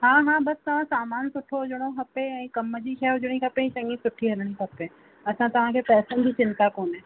हा हा बसि तव्हां सामानु सुठो हुजिणो खपे ऐं कमु जी शइ हुजणी खपे चङी सुठी हलणु खपे असां तव्हांखे पैसनि जी चिंता कोने